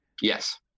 Yes